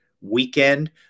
weekend